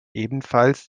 ebenfalls